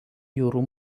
jūrų